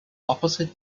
opposite